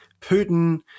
Putin